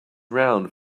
around